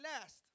last